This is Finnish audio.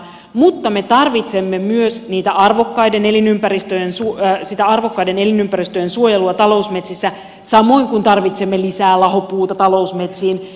mutta me tarvitsemme myös sitä arvokkaiden elinympäristöjen suojelua talousmetsissä samoin kuin tarvitsemme lisää lahopuuta talousmetsiin